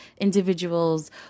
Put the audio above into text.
individuals